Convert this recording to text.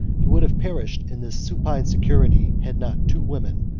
he would have perished in this supine security, had not two women,